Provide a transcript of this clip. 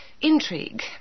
intrigue